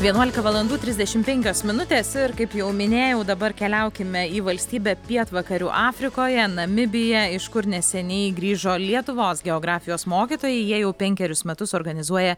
vienuolika valandų trisdešim penkios minutės ir kaip jau minėjau dabar keliaukime į valstybę pietvakarių afrikoje namibiją iš kur neseniai grįžo lietuvos geografijos mokytojai jie jau penkerius metus organizuoja